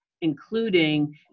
including